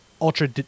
ultra